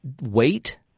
wait